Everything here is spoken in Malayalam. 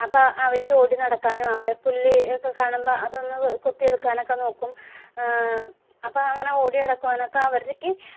അപ്പം അവയ്ക്കോടി നടക്കാനും അവിടെ പുല്ല് ഒക്കെ കാണുമ്പം അതൊന്ന് കൊത്തിയെട്ക്കാനൊക്ക നോക്കും അപ്പം അങ്ങനെ ഓടി നടക്കുവാനൊക്കെ അവർക്ക്